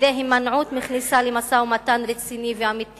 על-ידי הימנעות מכניסה למשא-ומתן רציני ואמיתי